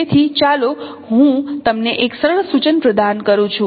તેથી ચાલો હું તમને એક સરળ સૂચન પ્રદાન કરું છું